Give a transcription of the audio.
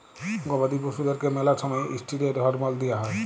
গবাদি পশুদ্যারকে ম্যালা সময়ে ইসটিরেড হরমল দিঁয়া হয়